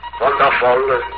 Wonderful